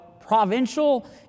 provincial